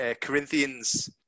Corinthians